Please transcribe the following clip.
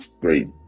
great